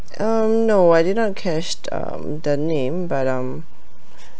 um no I did not catch um the name but um